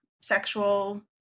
sexual